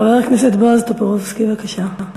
חבר הכנסת בועז טופורובסקי, בבקשה.